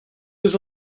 eus